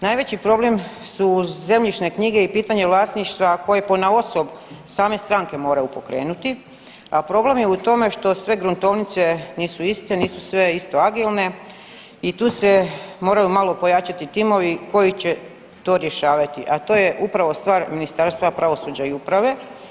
Najveći problem su zemljišne knjige i pitanje vlasništva koje ponaosob same stranke moraju pokrenuti, a problem je u tome što sve gruntovnice nisu iste, nisu sve isto agilne i tu se moraju malo pojačati timovi koji će to rješavati, a to je upravo stvar Ministarstva pravosuđa i uprave.